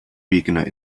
wegener